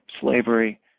slavery